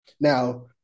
Now